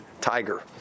Tiger